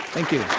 thank you.